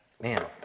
man